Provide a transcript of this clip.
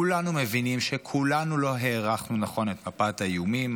כולנו מבינים שכולנו לא הערכנו נכון את מפת האיומים.